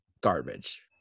garbage